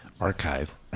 archive